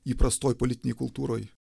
įprastoj politinėj kultūroj